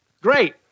Great